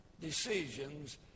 decisions